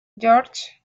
george